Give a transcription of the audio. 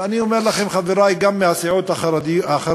אני אומר לכם, חברי, גם מהסיעות החרדיות,